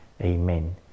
Amen